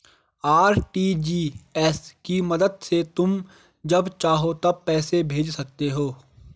RTGS की मदद से तुम जब चाहो तब पैसे भेज सकते हो